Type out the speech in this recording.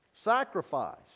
sacrifice